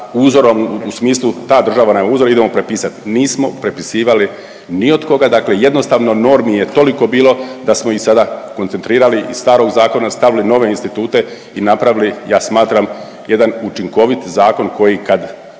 uzorom u smislu, ta država nam je uzor, idemo prepisat, nismo prepisivali ni od koga, dakle jednostavno normi je toliko bilo da smo ih sada koncentrirali iz starog zakona, stavili nove institute i napravili, ja smatram jedan učinkovit zakon koji, kad